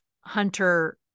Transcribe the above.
Hunter